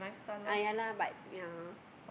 ah ya lah but ya